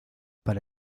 para